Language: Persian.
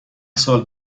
سال